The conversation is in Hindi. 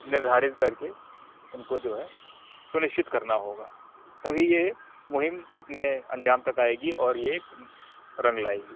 निर्धारित करके उनको जो है सुनिश्चित करना होगा तभी यह मुहीम अपने अंजाम तक आएगी और यह रंग लाएगी